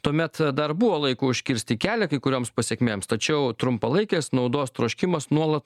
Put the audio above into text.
tuomet dar buvo laiko užkirsti kelią kai kurioms pasekmėms tačiau trumpalaikės naudos troškimas nuolat